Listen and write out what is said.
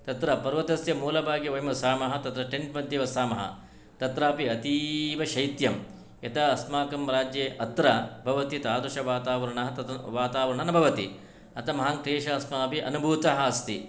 तत्र पर्वतस्य मूलभागे वयं वसामः तत्र टेण्ट् मध्ये वसामः तत्रापि अतीवशैत्यं यता अस्माकं राज्ये अत्र भवति तादृशवातावर्णः तद्वातावर्णः न भवति अतः महान् क्लेशः अस्माभिः अनुभूतः अस्ति